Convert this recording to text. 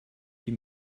die